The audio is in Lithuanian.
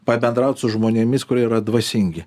pabendraut su žmonėmis kurie yra dvasingi